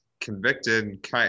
convicted